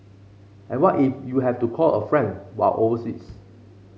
and what if you have to call a friend while overseas